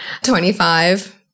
25